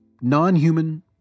non-human